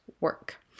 work